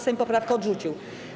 Sejm poprawkę odrzucił.